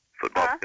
football